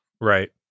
right